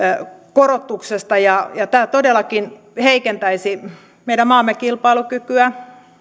korotuksesta ja tämä todellakin heikentäisi meidän maamme kilpailukykyä